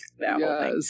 Yes